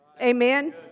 Amen